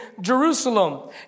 Jerusalem